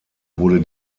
wurde